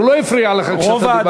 הוא לא הפריע לך כשאתה דיברת.